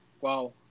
Wow